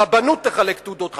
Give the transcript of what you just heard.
הרבנות תחלק תעודות כשרות.